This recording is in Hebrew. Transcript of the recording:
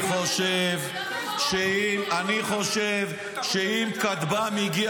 אתה חושב שהצבא --- אני חושב שאם כטב"ם הגיע